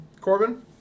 Corbin